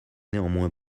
néanmoins